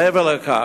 מעבר לכך,